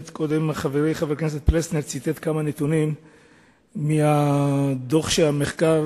חברי חבר הכנסת פלסנר ציטט קודם כמה נתונים מדוח המחקר